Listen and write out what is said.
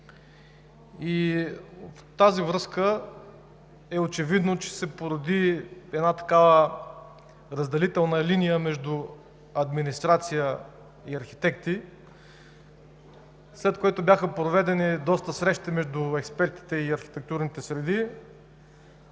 В тази връзка е очевидно, че се породи една такава разделителна линия между администрация и архитекти, след което бяха проведени доста срещи между експертите и архитектурните среди.